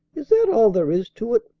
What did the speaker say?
is that all there is to it?